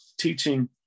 teaching